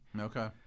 Okay